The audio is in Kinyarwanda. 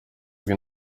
ubwo